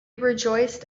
rejoiced